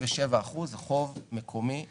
כ-57% הוא חוב מקומי סחיר,